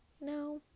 No